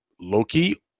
Loki